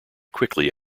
quickly